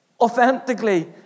authentically